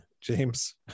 James